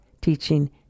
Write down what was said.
teaching